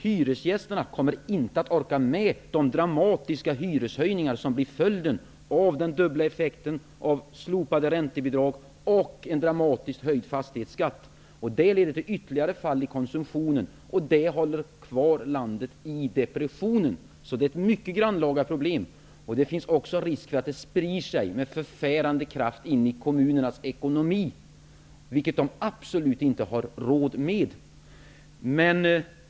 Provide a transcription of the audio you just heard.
Hyresgästerna kommer inte att orka med de dramatiska hyreshöjningar som blir följden av den dubbla effekten, slopade räntebidrag och en dramatiskt höjd fastighetsskatt. Det leder till ytterligare fall i konsumtionen och håller kvar landet i depressionen. Det är ett mycket grannlaga problem. Det finns också risk för att det med förfärande kraft sprider sig i kommunernas ekonomi, vilket de definitivt inte har råd med.